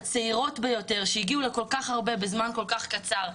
הצעירות ביותר שהגיעו לכל כך הרבה בזמן כל כך קצר.